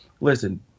Listen